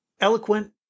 eloquent